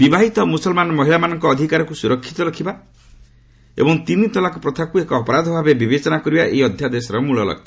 ବିବାହିତ ମୁସଲମାନ ମହିଳାମାନଙ୍କ ଅଧିକାରକୁ ସ୍କରକ୍ଷିତ ରଖିବା ଏବଂ ତିନିତଲାକ ପ୍ରଥାକୁ ଏକ ଅପରାଧ ଭାବେ ବିବେଚନା କରିବା ଏହି ଅଧ୍ୟାଦେଶର ମୂଳଲକ୍ଷ୍ୟ